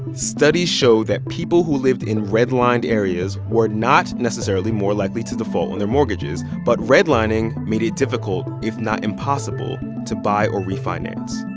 studies show that people who lived in redlined areas were not necessarily more likely to default on their mortgages. but redlining made it difficult if not impossible to buy or refinance.